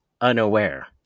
unaware